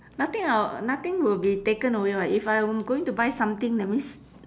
nothing I'll nothing will be taken away [what] if I'm going to buy something that means